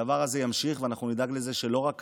הדבר הזה ימשיך, ואנחנו נדאג לזה שלא רק